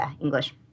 English